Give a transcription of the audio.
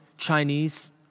Chinese